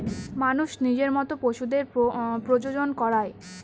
মানুষ নিজের মত পশুদের প্রজনন করায়